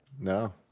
No